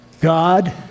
God